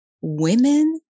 Women